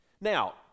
now